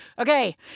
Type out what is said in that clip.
okay